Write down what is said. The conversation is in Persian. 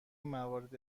موارد